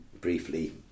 briefly